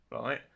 right